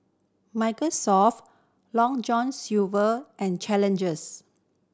Microsoft Long John Silver and Challengers